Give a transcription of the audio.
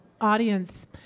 audience